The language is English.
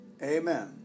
amen